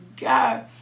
God